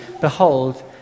Behold